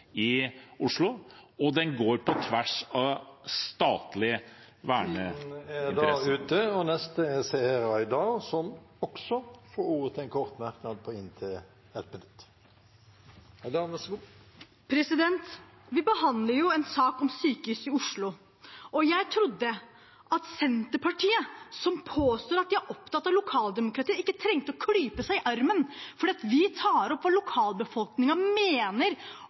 i Oslo, og den går på tvers av statlige verneinteresser. Tiden er ute. Representanten Seher Aydar har også hatt ordet to ganger tidligere og får ordet til en kort merknad, begrenset til 1 minutt. Vi behandler en sak om sykehus i Oslo. Jeg trodde at Senterpartiet, som påstår at de er opptatt av lokaldemokratiet, ikke trengte å klype seg i armen fordi vi tar opp hva lokalbefolkningen mener